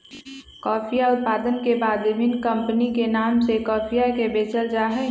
कॉफीया उत्पादन के बाद विभिन्न कमपनी के नाम से कॉफीया के बेचल जाहई